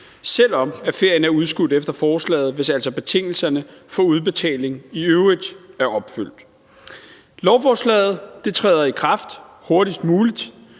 selv om ferien er udskudt efter forslaget, hvis altså betingelserne for udbetaling i øvrigt er opfyldt. Lovforslaget træder i kraft hurtigst muligt.